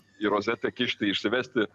į rozetę kišti išsivesti